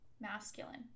Masculine